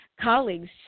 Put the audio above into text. colleagues